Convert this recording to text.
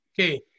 okay